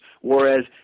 Whereas